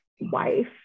wife